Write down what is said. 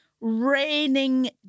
Raining